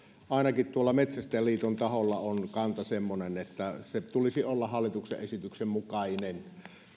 ainakin tuolla metsästäjäliiton taholla on kanta semmoinen että sen tulisi olla hallituksen esityksen mukainen